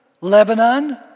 Lebanon